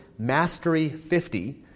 MASTERY50